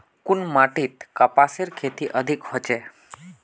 कुन माटित कपासेर खेती अधिक होचे?